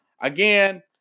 Again